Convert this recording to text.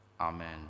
Amen